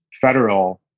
federal